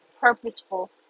purposeful